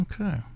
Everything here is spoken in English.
Okay